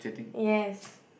yes